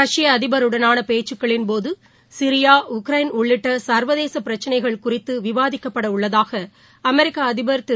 ரஷ்ய அதிபருடனான பேச்சுகளின் போது சிரியா உக்ரைன் உள்ளிட்ட சர்வதேச பிரக்சனைகள் குறித்து விவாதிக்கப்பட உள்ளதாக அமெிக்க அதிபர் திரு